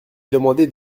demandé